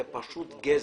זה פשוט גזל.